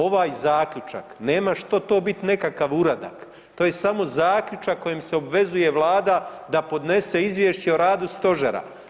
Ovaj zaključak nema to što biti nekakav uradak, to je samo zaključak kojim se obvezuje Vlada da podnese izvješće o radu Stožera.